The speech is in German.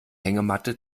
hängematte